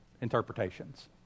interpretations